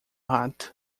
rato